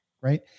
Right